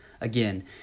Again